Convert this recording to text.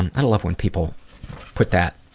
i love when people put that